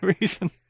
reason